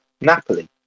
Napoli